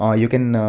ah you can